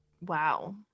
wow